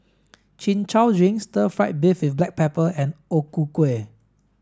chin chow drink stir fry beef with black pepper and o ku kueh